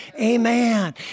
Amen